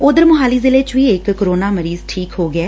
ਉਧਰ ਮੋਹਾਲੀ ਜ਼ਿਲੇ ਚ ਵੀ ਇਕ ਕੋਰੋਨਾ ਮਰੀਜ਼ ਠੀਕ ਹੋ ਗਿਐ